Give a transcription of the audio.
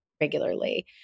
regularly